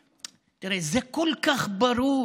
תראה, זה כל כך ברור